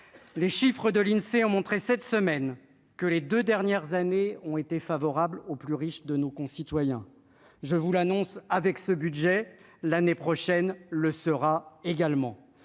les chiffres de l'Insee ont montré cette semaine que les 2 dernières années ont été favorables aux plus riches de nos concitoyens, je vous l'annonce, avec ce budget l'année prochaine le sera également,